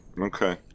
okay